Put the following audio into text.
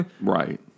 Right